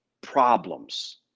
problems